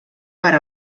per